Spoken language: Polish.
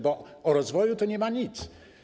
Bo o rozwoju tu nie ma nic.